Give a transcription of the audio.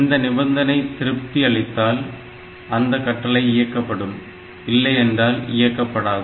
இந்த நிபந்தனை திருப்தி அளித்தால் அந்தக் கட்டளை இயக்கப்படும் இல்லையென்றால் இயக்கப்படாது